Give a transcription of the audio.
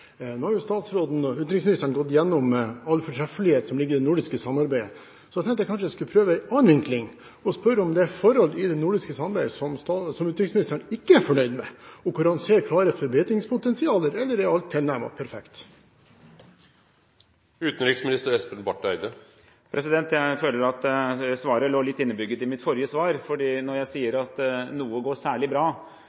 nordiske samarbeidet, så jeg tenkte jeg skulle prøve en annen vinkling og spørre om det er forhold i det nordiske samarbeidet som utenriksministeren ikke er fornøyd med, og hvor han ser et klart forbedringspotensial – eller er alt tilnærmet perfekt? Svaret på det lå litt innebygd i mitt forrige svar, for når jeg sier at noe går særlig bra, ligger det vel litt i forlengelsen av det at det er andre ting som kunne gått både fortere og vært enda mer konkret. Jeg